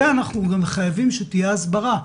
ואנחנו גם חייבים שתהיה הסברה,